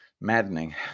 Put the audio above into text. maddening